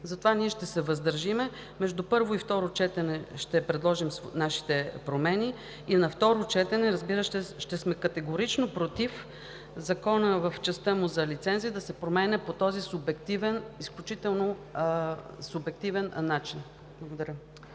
Ние ще се въздържим, между първо и второ четене ще направим нашите промени и на второ четене, разбира се, ще сме категорично против Закона в частта му за лицензиите – да се променя по този изключително субективен начин. Благодаря.